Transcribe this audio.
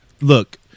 look